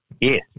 Yes